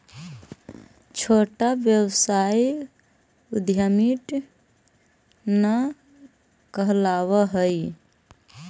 छोटा व्यवसाय उद्यमीट न कहलावऽ हई